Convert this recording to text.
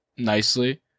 nicely